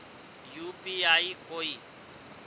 UPI कोई